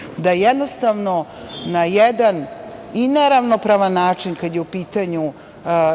sa tim da na jedan i neravnopravan način, kad je u pitanju